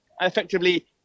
effectively